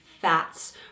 fats